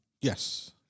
Yes